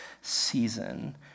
season